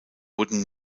wurden